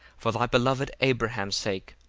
for thy beloved abraham's sake,